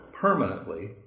permanently